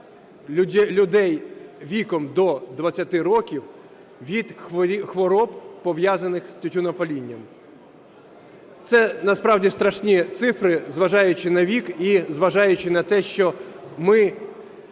людей віком до 20 років від хвороб, пов'язаних з тютюнопалінням. Це насправді страшні цифри, зважаючи на вік і зважаючи на те, що ми